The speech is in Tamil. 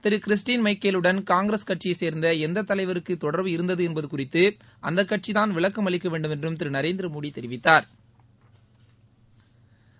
திரு கிறிஸ்டின் மைக்கேலுடன் காங்கிரஸ் கட்சியைச் சே்ந்த எந்த தலைவருக்கு தொடர்பு இருந்தது என்பது குறித்து அந்தக் கட்சிதான் விளக்கம் அளிக்க வேண்டுமென்றும் திரு நரேந்திரமோடி தெரிவித்தாா்